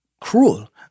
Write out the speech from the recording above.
cruel